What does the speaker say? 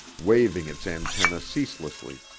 waving its antennae ceaselessly.